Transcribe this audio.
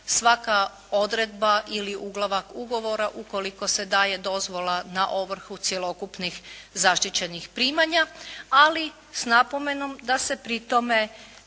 svaka odredba ili uglava ugovora ukoliko se daje dozvola na ovrhu cjelokupnih zaštićenih primanja, ali s napomenom da se pritome